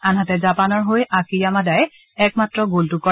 আনহাতে জাপানৰ হৈ আকী য়ামাদাই একমাত্ৰ গ'লটো কৰে